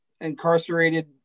incarcerated